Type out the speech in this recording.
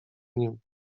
nim